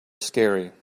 scary